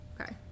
Okay